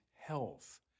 health